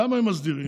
למה הם מסדירים?